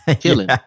killing